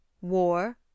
war